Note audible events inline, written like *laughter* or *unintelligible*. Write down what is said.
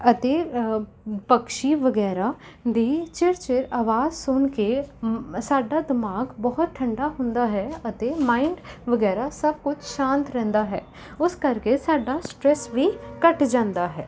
ਅਤੇ ਪਕਸ਼ੀ ਵਗੈਰਾ ਦੀ ਚਿਰਚਿਰ ਆਵਾਜ਼ ਸੁਣ ਕੇ *unintelligible* ਸਾਡਾ ਦਿਮਾਗ ਬਹੁਤ ਠੰਡਾ ਹੁੰਦਾ ਹੈ ਅਤੇ ਮਾਇੰਡ ਵਗੈਰਾ ਸਭ ਕੁਝ ਸ਼ਾਂਤ ਰਹਿੰਦਾ ਹੈ ਉਸ ਕਰਕੇ ਸਾਡਾ ਸਟ੍ਰੈਸ ਵੀ ਘੱਟ ਜਾਂਦਾ ਹੈ